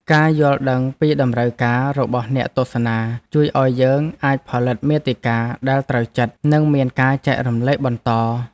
ការយល់ដឹងពីតម្រូវការរបស់អ្នកទស្សនាជួយឱ្យយើងអាចផលិតមាតិកាដែលត្រូវចិត្តនិងមានការចែករំលែកបន្ត។